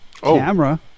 Camera